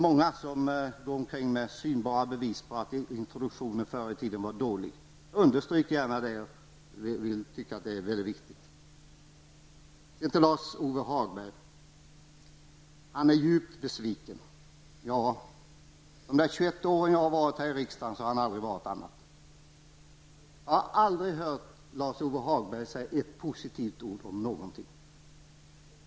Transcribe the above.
Många går omkring med synbara bevis på att introduktionen förr i tiden var dålig. Jag understryker gärna det. Jag tycker att detta är mycket viktigt. Lars-Ove Hagberg är djupt besviken. Ja, under de 21 år som jag har varit här i riksdagen har han aldrig varit annat. Jag har aldrig hört Lars-Ove Hagberg säga ett positivt ord om någonting.